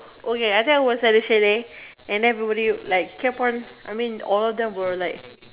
oh ya ya I think I was at the chalet and then everybody like kept on I mean all of them were like